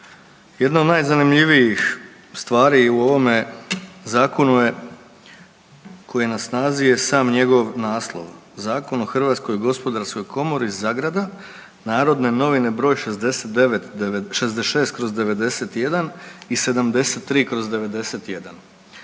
Jedna od najzanimljivijih stvari u ovome zakonu je koji je na snazi je sam njegov naslov Zakon o Hrvatskoj gospodarskoj komori zagrada Narodne novine broj 66/91 i 73/91.